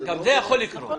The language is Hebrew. גם זה יכול לקרות.